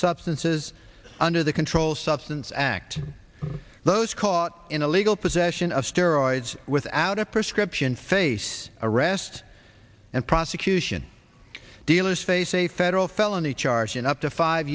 substances under the control substance act those caught in illegal possession of steroids without a prescription face arrest and prosecution dealers face a federal felony charge and up to five